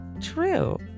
true